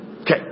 Okay